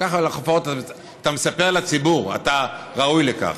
ככה לפחות אתה מספר לציבור, שאתה ראוי לכך.